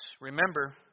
Remember